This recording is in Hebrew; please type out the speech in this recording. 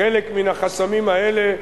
חלק מן החסמים האלה,